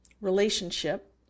relationship